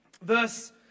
verse